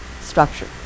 structure